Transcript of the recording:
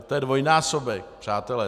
To je dvojnásobek, přátelé.